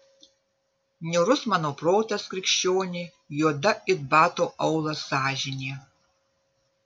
niūrus mano protas krikščioni juoda it bato aulas sąžinė